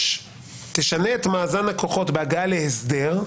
תשנה את מאזן הכוחות בהגעה להסדר?